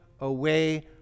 away